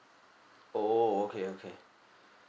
oh okay okay